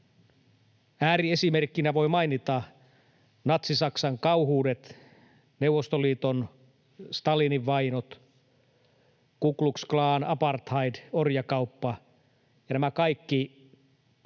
Ääriesimerkkinä voi mainita natsi-Saksan kauheudet, Neuvostoliiton Stalinin vainot, Ku Klux Klanin, apartheidin, orjakaupan, ja nämä kaikki historiasta